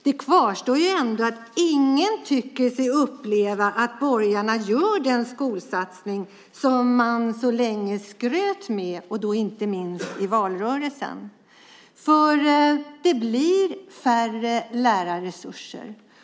Det kvarstår ändå att ingen tycker sig uppleva att borgarna gör den skolsatsning som man så länge skröt med, inte minst i valrörelsen. Det blir mindre lärarresurser.